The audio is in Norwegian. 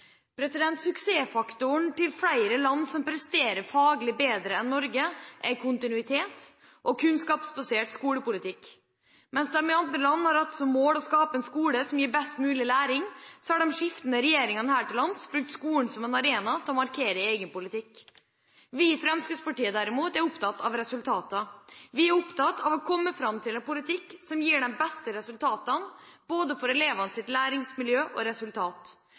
skoleutviklingen. Suksessfaktoren til flere land som presterer faglig bedre enn Norge, er kontinuitet og kunnskapsbasert skolepolitikk. Mens man i andre land har hatt som mål å skape en skole som gir best mulig læring, har de skiftende regjeringene her til lands brukt skolen som arena til å markere egen politikk. Vi i Fremskrittspartiet derimot er opptatt av resultater. Vi er opptatt av å komme fram til en politikk som gir de beste resultatene for både elevenes læringsmiljø og